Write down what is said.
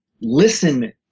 listen